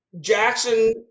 Jackson